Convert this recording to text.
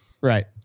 Right